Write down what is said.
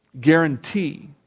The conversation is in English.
Guarantee